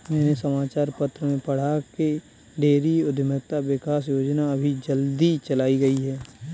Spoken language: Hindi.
मैंने समाचार पत्र में पढ़ा की डेयरी उधमिता विकास योजना अभी जल्दी चलाई गई है